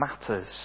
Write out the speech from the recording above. matters